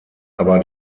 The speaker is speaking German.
aber